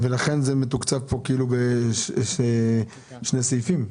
לכן זה מתוקצב כאן בשני סעיפים.